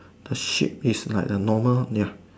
the shape is like a normal ya